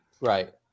right